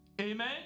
Amen